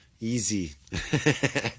easy